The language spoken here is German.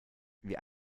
wie